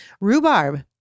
rhubarb